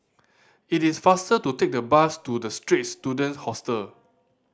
it is faster to take the bus to The Straits Student Hostel